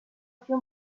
few